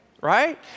right